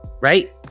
right